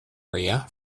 area